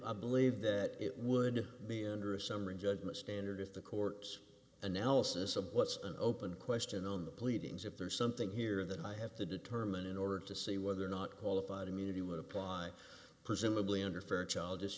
a believe that it would be under a summary judgment standard if the courts analysis of what's an open question on the pleadings if there is something here that i have to determine in order to see whether or not qualified immunity would apply presumably under fairchild